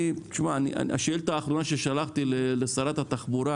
השאילתה האחרונה שאני שלחתי לשרת התחבורה